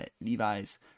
Levi's